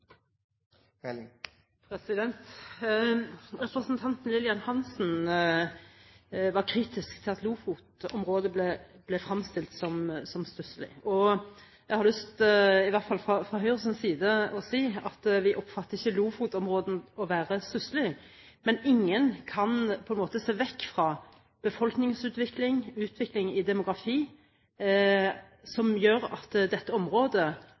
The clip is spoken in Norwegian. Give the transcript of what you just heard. framover. Representanten Lillian Hansen var kritisk til at Lofoten-området ble fremstilt som stusslig. Jeg har lyst til, i hvert fall fra Høyres side, å si at vi oppfatter ikke Lofoten-området som å være stusslig. Men ingen kan på en måte se vekk fra befolkningsutviklingen, utviklingen i demografi, som gjør at dette området